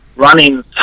running